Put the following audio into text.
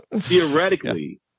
theoretically